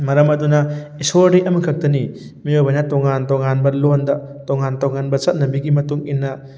ꯃꯔꯝ ꯑꯗꯨꯅ ꯏꯁꯣꯔꯗꯤ ꯑꯃꯈꯛꯇꯅꯤ ꯃꯤꯑꯣꯏꯕꯅ ꯇꯣꯉꯥꯟ ꯇꯣꯉꯥꯟꯕ ꯂꯣꯟꯗ ꯇꯣꯉꯥꯟ ꯇꯣꯉꯥꯟꯕ ꯆꯠꯅꯕꯤꯒꯤ ꯃꯇꯨꯡ ꯏꯟꯅ